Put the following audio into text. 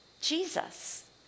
Jesus